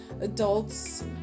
adults